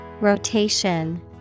Rotation